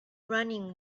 running